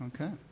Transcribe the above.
Okay